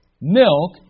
milk